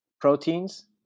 proteins